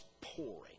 pouring